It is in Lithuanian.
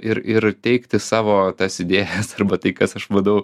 ir ir teikti savo tas idėjas arba tai kas aš manau